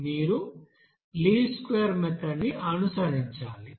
మీరు least square method ని అనుసరించాలి